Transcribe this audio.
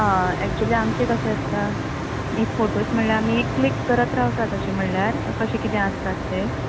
आं एक्चुली आमचें कशें आसता एक फोटोज म्हणल्यार आमी क्लिक करत रावता तशे म्हणल्यार कशें कितें आसतात तें